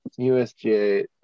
USGA